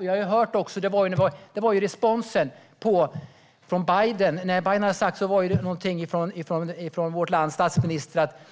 Vi har ju hört responsen från vårt lands statsminister på